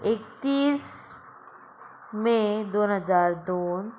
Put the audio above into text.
एक्तीस मे दोन हजार दोन